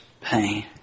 pain